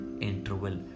interval